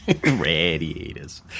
Radiators